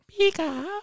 Pika